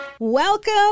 Welcome